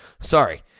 Sorry